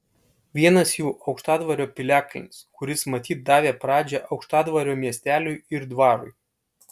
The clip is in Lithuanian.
vienas jų aukštadvario piliakalnis kuris matyt davė pradžią aukštadvario miesteliui ir dvarui